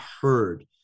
heard